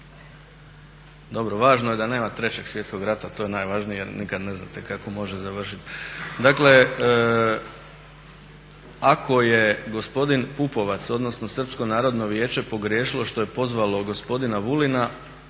Dobro, važno je da nema trećeg svjetskog rata, to je najvažnije jer nikad ne znate kako može završiti. Dakle ako je gospodin Pupovac, odnosno Srpsko narodno vijeće pogriješilo što je pozvalo gospodina Vulina